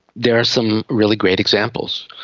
there are some really great examples.